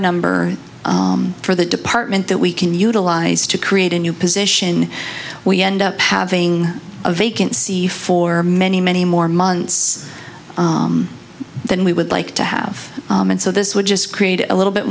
number for the department that we can utilize to create a new position we end up having a vacancy for many many more months than we would like to have and so this would just create a little bit